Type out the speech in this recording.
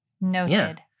Noted